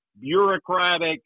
bureaucratic